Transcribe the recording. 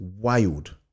wild